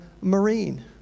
Marine